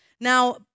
Now